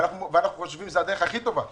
ואנחנו חושבים שזו הדרך הכי טובה,